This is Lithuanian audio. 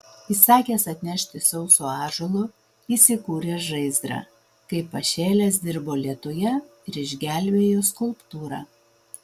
įsakęs atnešti sauso ąžuolo jis įkūrė žaizdrą kaip pašėlęs dirbo lietuje ir išgelbėjo skulptūrą